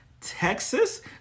Texas